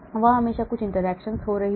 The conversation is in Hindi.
वहाँ हमेशा कुछ interaction हो रही है